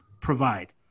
provide